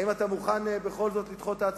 האם אתה מוכן בכל זאת לדחות את ההצבעה?